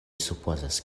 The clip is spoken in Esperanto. supozas